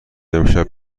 امشب